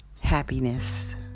happiness